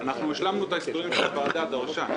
משה שגיא, אתה יכול להגיד לנו לאן הולך הכסף הזה?